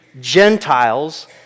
Gentiles